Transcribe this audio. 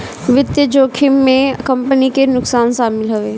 वित्तीय जोखिम में कंपनी के नुकसान शामिल हवे